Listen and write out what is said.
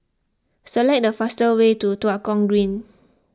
select the fastest way to Tua Kong Green